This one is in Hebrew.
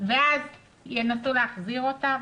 ואז ינסו להחזיר אותם?